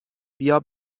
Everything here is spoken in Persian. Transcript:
بیا